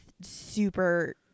super